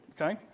Okay